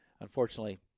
Unfortunately